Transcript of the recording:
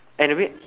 and w~